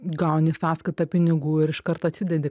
gauni į sąskaitą pinigų ir iškart atsidedi